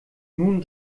nun